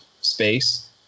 space